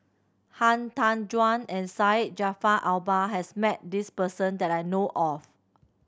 Han Tan Juan and Syed Jaafar Albar has met this person that I know of